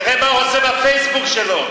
תראה מה הוא עושה בפייסבוק שלו.